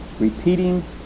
repeating